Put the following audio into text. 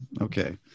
Okay